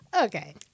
Okay